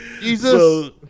Jesus